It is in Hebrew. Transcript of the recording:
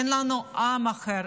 אין לנו עם אחר,